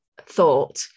thought